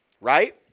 Right